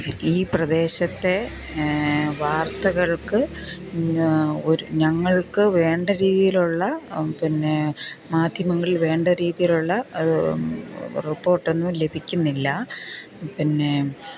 ഈ പ്രദേശത്തെ വാർത്തകൾക്ക് ഒരു ഞങ്ങൾക്ക് വേണ്ടരീതിയിലുള്ള പിന്നെ മാധ്യമങ്ങളിൽ വേണ്ട രീതിയിലുള്ള റിപ്പോർട്ടൊന്നും ലഭിക്കുന്നില്ല പിന്നെ